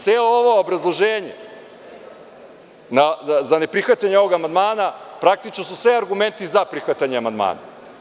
Celo ovo obrazloženje za neprihvatanje ovog amandmana praktično su sve argumenti za prihvatanje amandmana.